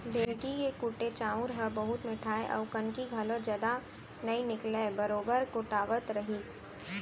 ढेंकी के कुटे चाँउर ह बहुत मिठाय अउ कनकी घलौ जदा नइ निकलय बरोबर कुटावत रहिस